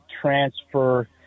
transfer